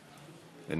קריאה